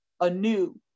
anew